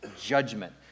judgment